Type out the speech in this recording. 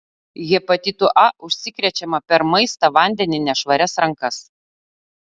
hepatitu a užsikrečiama per maistą vandenį nešvarias rankas